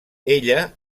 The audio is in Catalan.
ella